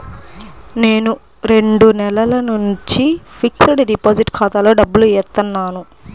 నేను రెండు నెలల నుంచి ఫిక్స్డ్ డిపాజిట్ ఖాతాలో డబ్బులు ఏత్తన్నాను